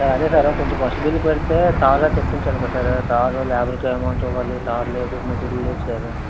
sir అదే sir కొంచెం first bill పెడితే తారా తెప్పించాలి కదా తార్ లేబర్ అమౌంటు ఇవ్వాలి తార్ లేదు మెటీరియల్ లేదు సారు